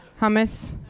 hummus